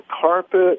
carpet